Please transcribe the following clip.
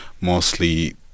mostly